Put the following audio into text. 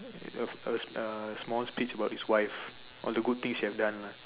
a a a small speech about his wife all the good things he have done lah